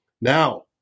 Now